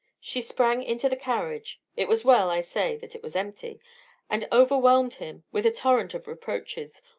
she sprang into the carriage it was well, i say, that it was empty and overwhelmed him with a torrent of reproaches,